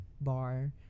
bar